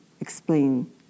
explain